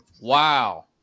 Wow